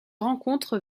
rencontre